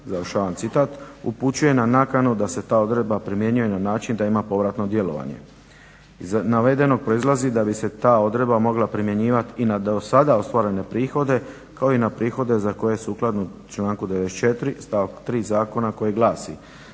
oporezivanje" upućuje na nakanu da se ta odredba primjenjuje na način da ima povratno djelovanje. Iz navedenog proizlazi da bi se ta odredba mogla primjenjivati i na do sada ostvarene prihode kao i na prihode za koje sukladno članku 94. stavak 3. Zakona koji glasi: